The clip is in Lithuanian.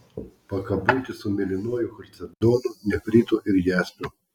pakabutį su mėlynuoju chalcedonu nefritu ir jaspiu